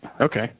Okay